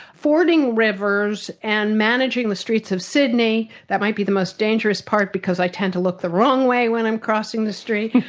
fording rivers and managing the streets of sydney that might be the most dangerous part because i tend to look the wrong way when i'm crossing the street.